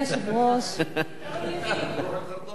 זאב יציע גיל מקסימום